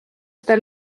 seda